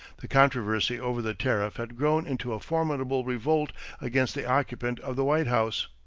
the controversy over the tariff had grown into a formidable revolt against the occupant of the white house.